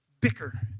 bicker